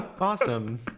Awesome